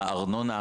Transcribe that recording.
הארנונה.